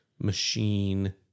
machine